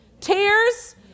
tears